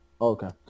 Okay